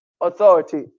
authority